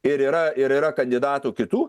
ir yra ir yra kandidatų kitų